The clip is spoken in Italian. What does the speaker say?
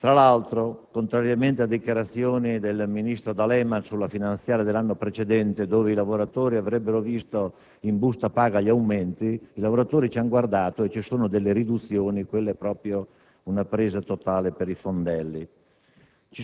Tra l'altro, contrariamente a dichiarazioni del ministro D'Alema sulla finanziaria dell'anno precedente, secondo cui i lavoratori avrebbero visto in busta paga gli aumenti, i lavoratori ci han guardato e ci sono delle riduzioni: proprio una presa totale per i fondelli!